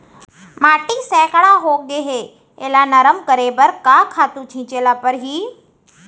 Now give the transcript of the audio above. माटी सैकड़ा होगे है एला नरम करे बर का खातू छिंचे ल परहि?